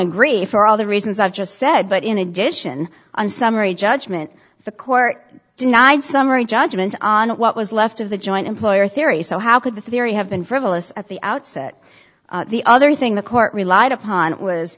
agree for all the reasons i've just said but in addition on summary judgment the court denied summary judgment on what was left of the joint employer theory so how could the theory have been frivolous at the outset the other thing the court relied upon was